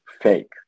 fake